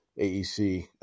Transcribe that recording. AEC